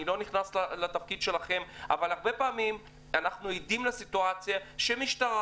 אני לא נכנס לתפקיד שלכם אבל הרבה פעמים אנחנו עדים לסיטואציה שמשטרה